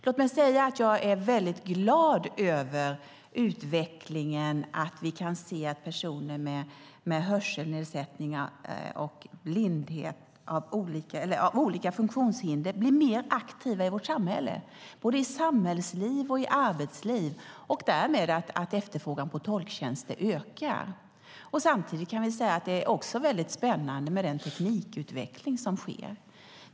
Låt mig säga att jag är väldigt glad över utvecklingen att personer med olika funktionshinder blir mer aktiva i vårt samhälle, både i samhällsliv och i arbetsliv, och att efterfrågan på tolktjänster därmed ökar. Samtidigt är det också spännande med den teknikutveckling som sker.